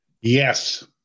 Yes